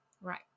Right